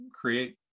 create